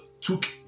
took